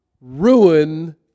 ruin